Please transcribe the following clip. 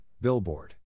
Billboard